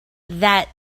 that